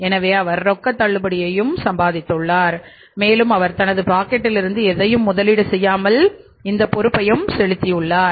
எனவே அவர் ரொக்க தள்ளுபடியையும் சம்பாதித்துள்ளார் மேலும் அவர் தனது பாக்கெட்டிலிருந்து எதையும் முதலீடு செய்யாமல் இந்த பொறுப்பையும் செலுத்தியுள்ளார்